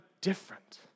different